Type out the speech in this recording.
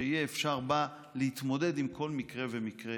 שיהיה אפשר בה להתמודד עם כל מקרה ומקרה